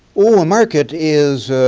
oh ah market is,